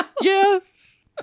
Yes